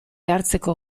hartzeko